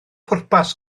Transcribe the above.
pwrpas